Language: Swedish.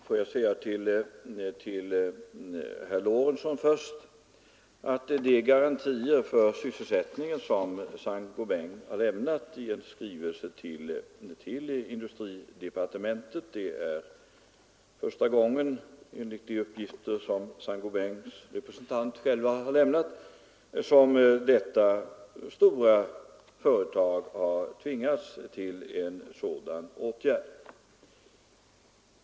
Fru talman! Låt mig först säga till herr Lorentzon att Saint-Gobain i en skrivelse till industridepartementet har lämnat garantier för sysselsättningen. Enligt företagets egna uppgifter är det första gången som detta stora företag tvingats till en sådan åtgärd.